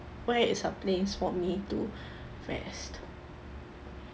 where is a place for me to rest